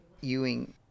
Ewing